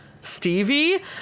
Stevie